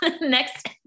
next